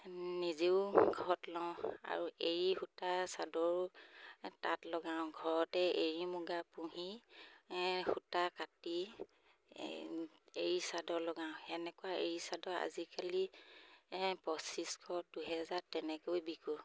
নিজেও ঘৰত লওঁ আৰু এড়ী সূতা চাদৰো তাত লগাওঁ ঘৰতে এড়ী মুগা পুহি সূতা কাটি এৰী চাদৰ লগাওঁ সেনেকুৱা এড়ী চাদৰ আজিকালি পঁচিছশ দুহেজাৰ তেনেকৈ বিকোঁ